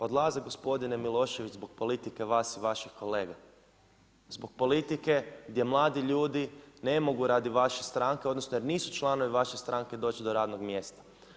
Odlaze gospodine Milošević zbog politike vas i vaših kolega, zbog politike gdje mladi ljudi ne mogu radi vaše stranke, jer nisu članovi vaše stranke doći do radnog mjesta.